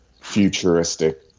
futuristic